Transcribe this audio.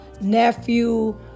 nephew